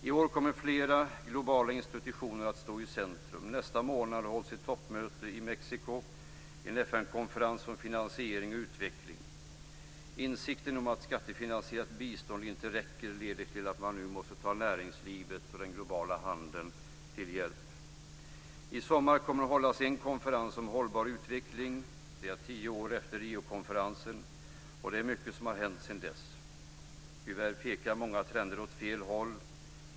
I år kommer flera globala institutioner att stå i centrum. Nästa månad hålls ett toppmöte i Mexiko och en FN-konferens för finansiering och utveckling. Insikten om att skattefinansierat bistånd inte räcker leder till att man nu måste ta näringslivet och den globala handeln till hjälp. I sommar kommer det att hållas en konferens om hållbar utveckling, tio år efter Riokonferensen. Det är mycket som har hänt sedan dess. Tyvärr pekar många trender åt fel håll.